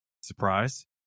surprise